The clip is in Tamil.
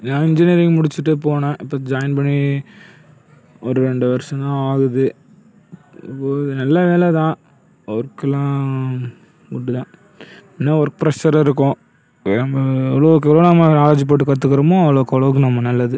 நான் இன்ஜினியரிங் முடிச்சுட்டு போனேன் இப்போ ஜாயின் பண்ணி ஒரு ரெண்டு வருஷம் தான் ஆகுது நல்ல வேலை தான் ஒர்க்லாம் குட்டுதான் என்ன ஒர்க் ப்ரஷர் இருக்கும் நம்ப எவ்வளோக்கு எவ்வளோ நம்ம நாலேஜ் போட்டு கற்றுக்கறோமோ அவ்வளோக்கு அவ்வளோக்கு நமக்கு நல்லது